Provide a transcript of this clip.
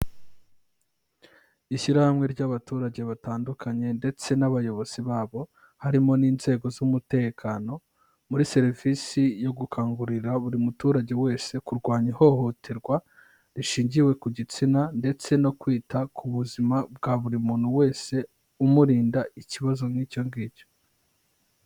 Ishyirahamwe ry'abaturage batandukanye ndetse n'abayobozi babo, harimo n'inzego z'umutekano, muri serivise yo gukangurira buri muturage wese kurwanya ihohoterwa rishingiyewe ku gitsina ndetse no kwita ku buzima bwa buri muntu wese, umurinda ikibazo nk'icyo ngicyo.